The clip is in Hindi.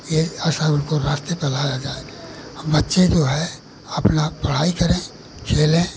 यह ऐसा उनको रास्ते पर लाया जाए और बच्चे जो हैं अपनी पढ़ाई करें खेलें